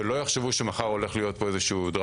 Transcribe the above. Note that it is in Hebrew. שלא יחשבו שמחר הולכת להיות פה דרמה.